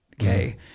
okay